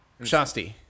Shasti